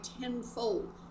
tenfold